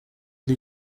ari